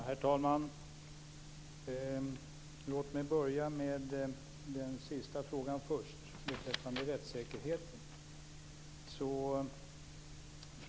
Herr talman! Låt mig börja med den sista frågan om rättssäkerheten.